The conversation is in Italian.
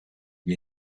gli